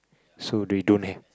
so they don't have